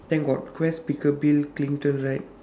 then got guest speaker bill clinton right